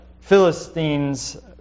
Philistines